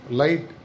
light